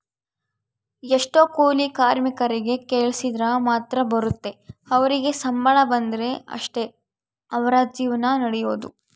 ಎಷ್ಟೊ ಕೂಲಿ ಕಾರ್ಮಿಕರಿಗೆ ಕೆಲ್ಸಿದ್ರ ಮಾತ್ರ ಬರುತ್ತೆ ಅವರಿಗೆ ಸಂಬಳ ಬಂದ್ರೆ ಅಷ್ಟೇ ಅವರ ಜೀವನ ನಡಿಯೊದು